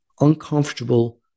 uncomfortable